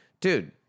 dude